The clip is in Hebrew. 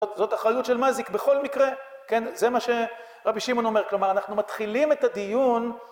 זאת אחריות של מזיק בכל מקרה, כן, זה מה שרבי שמעון אומר, כלומר, אנחנו מתחילים את הדיון